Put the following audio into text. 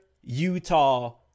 Utah